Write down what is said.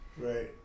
Right